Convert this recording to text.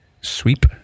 sweep